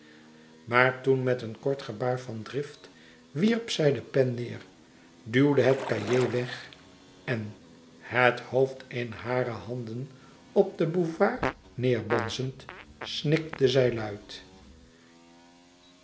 maar toen met een kort gebaar van drift wierp zij de pen neêr louis couperus extaze een boek van geluk duwde het cahier weg en het hoofd in hare handen op den buvard neêrbonsend snikte zij luid